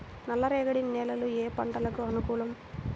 నల్లరేగడి నేలలు ఏ పంటలకు అనుకూలం?